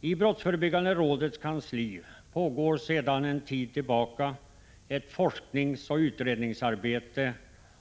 I brottsförebyggande rådets kansli pågår sedan en tid tillbaka ett forskningsoch utredningsarbete